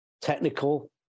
technical